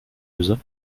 öse